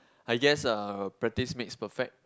I guess uh practice makes perfect